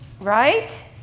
right